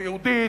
לא יהודית,